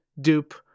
Dupe